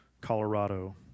Colorado